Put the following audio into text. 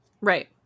right